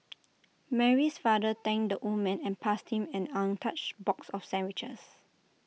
Mary's father thanked the old man and passed him an untouched box of sandwiches